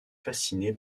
fasciné